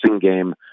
game